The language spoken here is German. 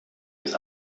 ist